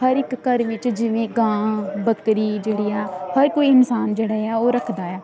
ਹਰ ਇੱਕ ਘਰ ਵਿੱਚ ਜਿਵੇਂ ਗਾਂ ਬੱਕਰੀ ਜਿਹੜੀ ਆ ਹਰ ਕੋਈ ਇਨਸਾਨ ਜਿਹੜਾ ਆ ਉਹ ਰੱਖਦਾ ਆ